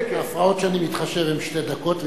ההפרעות שאני מתחשב בהן הן שתי דקות,